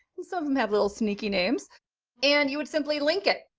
and some of them have little sneaky names and you would simply link it.